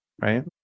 right